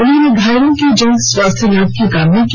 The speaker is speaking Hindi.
उन्होंने घायलों के शीघ्र स्वास्थ्य लाभ की कामना की